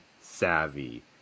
Savvy